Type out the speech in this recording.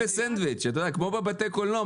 כמו בבתי קולנוע,